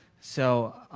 so